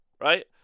right